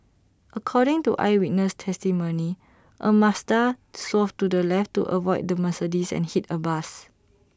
according to eyewitness testimony A Mazda swerved to the left to avoid the Mercedes and hit A bus